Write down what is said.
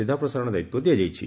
ସିଧାପ୍ରସାରଣ ଦାୟିତ୍ ଦିଆଯାଇଛି